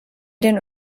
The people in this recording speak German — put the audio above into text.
den